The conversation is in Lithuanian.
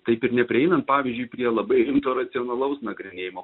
taip ir neprieinant pavyzdžiui prie labai rimto racionalaus nagrinėjimo